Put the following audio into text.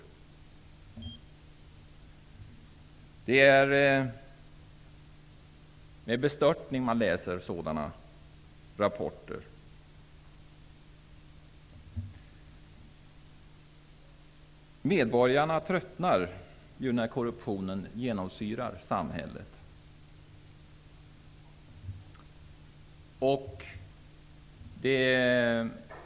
Det är med bestörtning man läser sådana rapporter. Medborgarna tröttnar när korruptionen genomsyrar samhället.